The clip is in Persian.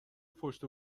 پشت